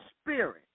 spirit